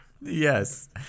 Yes